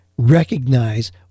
recognize